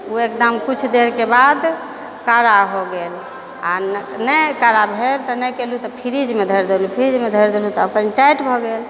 ओ एकदम किछु देरके बाद काड़ा हो गेल आओर नहि काड़ा भेल तऽ नहि केलहुँ तऽ फ्रिजमे धरि देलहुँ फ्रिजमे धरि देलहुँ तऽ आब कनी टाइट भऽ गेल